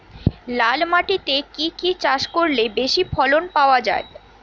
লাল মাটিতে কি কি চাষ করলে বেশি ফলন পাওয়া যায়?